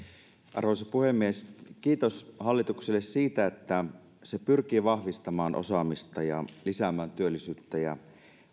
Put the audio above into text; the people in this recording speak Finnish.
arvoisa puhemies kiitos hallitukselle siitä että se pyrkii vahvistamaan osaamista lisäämään työllisyyttä ja